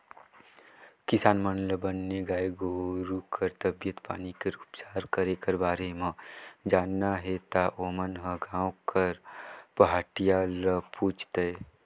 किसान मन ल बने गाय गोरु कर तबीयत पानी कर उपचार करे कर बारे म जानना हे ता ओमन ह गांव कर पहाटिया ल पूछ लय